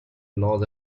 laws